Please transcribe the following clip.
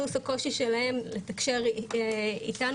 פלוס הקושי שלהם לתקשר איתנו,